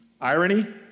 irony